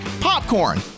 popcorn